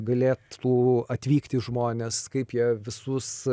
galėtų atvykti žmonės kaip jie visus